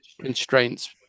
constraints